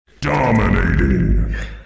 Dominating